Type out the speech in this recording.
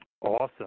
Awesome